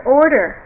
order